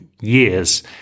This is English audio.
years